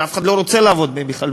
שאף אחד לא רוצה לעבוד בהן בכלל,